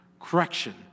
correction